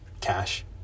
Cash